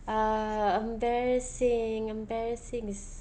uh embarrassing embarrassing is